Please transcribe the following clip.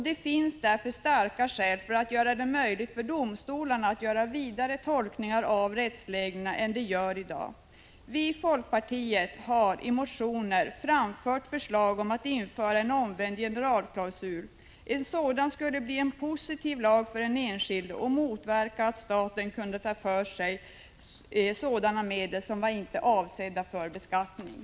Det finns därför starka skäl att göra det möjligt för domstolarna att göra vidare tolkningar av rättsreglerna än de gör i dag. Vi i folkpartiet har i motioner fört fram förslag om att införa en omvänd generalklausul. En sådan skulle bli en positiv lag för den enskilde och motverka att staten tar för sig av medel som icke varit avsedda att beskattas.